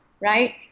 right